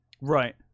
right